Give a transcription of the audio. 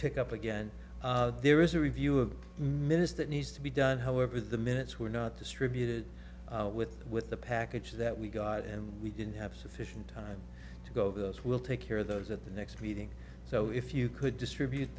pick up again there is a review of the minutes that needs to be done however the minutes were not distributed with with the package that we got and we didn't have sufficient time to go over those we'll take care of those at the next meeting so if you could distribute